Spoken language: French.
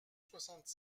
soixante